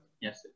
Yes